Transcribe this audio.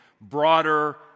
broader